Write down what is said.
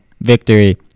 victory